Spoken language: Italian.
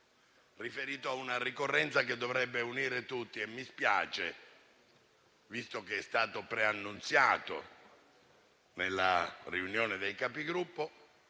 riferito a una ricorrenza che dovrebbe unire tutti. Mi spiace, visto che è stato preannunziato nella riunione dei Capigruppo,